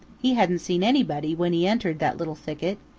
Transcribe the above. he hadn't seen anybody when he entered that little thicket,